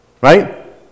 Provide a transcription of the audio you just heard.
Right